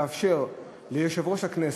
לאפשר ליושב-ראש הכנסת,